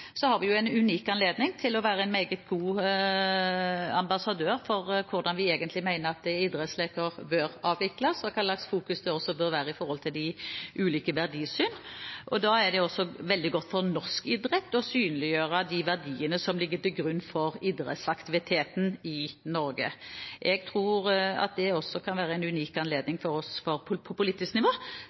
har vi en unik anledning til å være en meget god ambassadør for hvordan vi mener idrettsleker egentlig bør avvikles, og for hva slags fokus det også bør være med hensyn til de ulike verdisynene. Da er det også veldig godt for norsk idrett å synliggjøre de verdiene som ligger til grunn for idrettsaktiviteten i Norge. Det kan også være en unik anledning for oss, på politisk nivå,